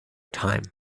time